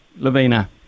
Lavina